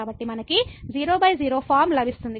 కాబట్టి మనకు 00 ఫొర్మ లభిస్తుంది